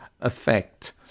effect